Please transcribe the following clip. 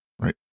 Right